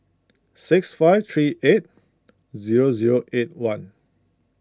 six five three eight zero zero eight one